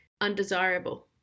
undesirable